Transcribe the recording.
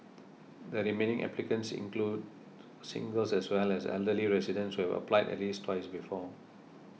the remaining applicants include singles as well as elderly residents who have applied at least twice before